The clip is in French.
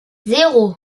zéro